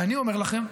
ואני אומר לכם,